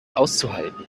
auszuhalten